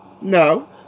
No